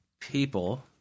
People